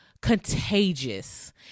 contagious